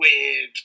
weird